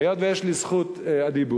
היות שיש לי זכות הדיבור,